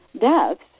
deaths